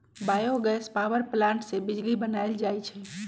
bio gas power plant से बिजली बनाएल जाइ छइ